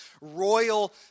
royal